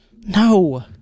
No